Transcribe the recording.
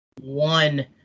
one